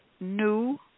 new